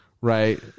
right